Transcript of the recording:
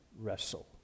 wrestle